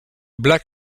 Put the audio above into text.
black